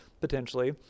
potentially